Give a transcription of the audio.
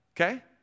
Okay